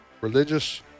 religious